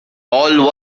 all